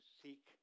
seek